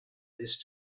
this